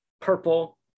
purple